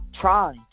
Try